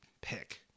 pick